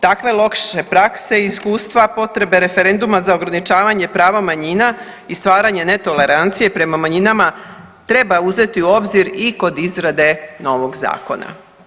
Takve loše prakse i iskustva potrebe referenduma za ograničavanje prava manjima i stvaranje netolerancije prema manjinama treba uzeti u obzir i kod izrade novog zakona.